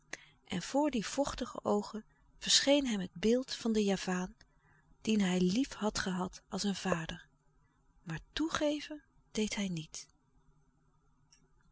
en voor die vochtige oogen verscheen hem het beeld van den javaan dien hij lief had gehad als een vader maar toegeven deed hij niet